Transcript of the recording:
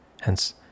Hence